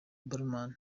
blauman